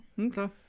okay